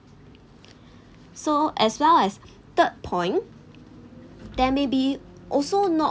so as well as third point there may be also not